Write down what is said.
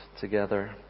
together